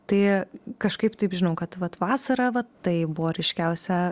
tai kažkaip taip žinau kad vat vasarą va tai buvo ryškiausia